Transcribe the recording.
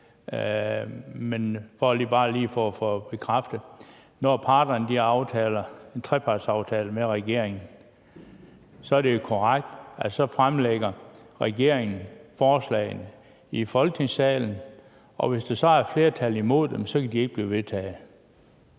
gerne lige have bekræftet, at når parterne laver en trepartsaftale, så er det korrekt, at så fremsætter regeringen forslagene i Folketingssalen, og hvis der er et flertal imod dem, kan de ikke blive vedtaget.